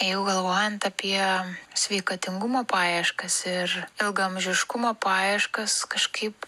jeigu galvojant apie sveikatingumo paieškas ir ilgaamžiškumo paieškas kažkaip